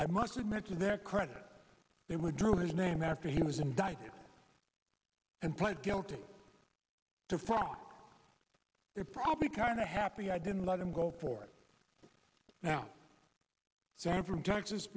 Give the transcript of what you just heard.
i must admit to their credit they were drew his name after he was indicted and pled guilty to fraud it probably kind of happy i didn't let him go for it now so i'm from texas